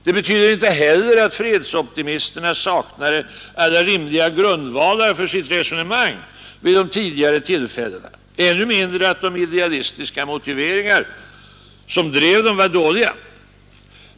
Det betyder inte heller att fredsoptimisterna saknat alla rimliga grundvalar för sitt resonemang vid de tidigare tillfällena, ännu mindre att de idealistiska motiveringar som drev dem var dåliga.